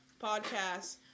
podcast